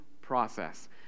process